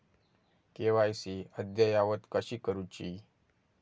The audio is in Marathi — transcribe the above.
के.वाय.सी अद्ययावत कशी करुची?